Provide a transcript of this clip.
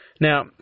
Now